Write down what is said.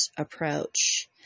approach